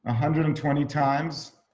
ah hundred and twenty times.